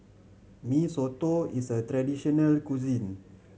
Mee Soto is a traditional cuisine